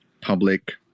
public